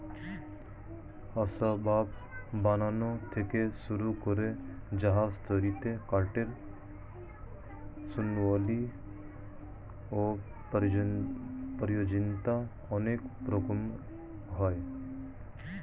আসবাব বানানো থেকে শুরু করে জাহাজ তৈরিতে কাঠের গুণাবলী ও প্রয়োজনীয়তা অনেক রকমের হয়